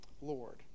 Lord